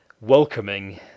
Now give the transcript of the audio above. welcoming